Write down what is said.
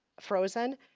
Frozen